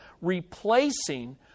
replacing